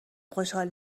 خوشحال